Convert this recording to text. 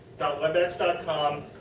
webex com.